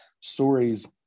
stories